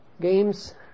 games